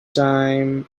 time